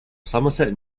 somerset